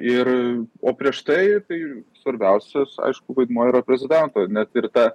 ir o prieš tai tai ir svarbiausias aišku vaidmuo iyra prezidento net ir ta